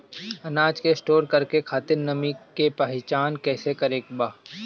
अनाज के स्टोर करके खातिर नमी के पहचान कैसे करेके बा?